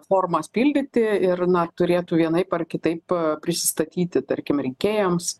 formas pildyti ir na turėtų vienaip ar kitaip prisistatyti tarkim rinkėjams